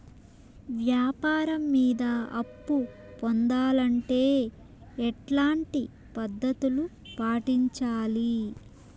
వ్యాపారం మీద అప్పు పొందాలంటే ఎట్లాంటి పద్ధతులు పాటించాలి?